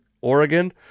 Oregon